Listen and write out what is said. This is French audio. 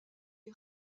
est